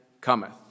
cometh